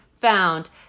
found